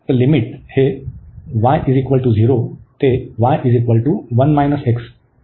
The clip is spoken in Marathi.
तर लिमिट हे y 0 ते y 1 x असेल